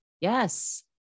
yes